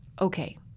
Okay